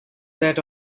that